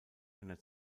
einer